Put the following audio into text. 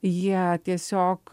jie tiesiog